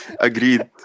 Agreed